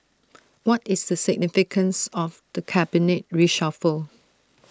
what is the significance of the cabinet reshuffle